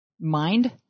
mind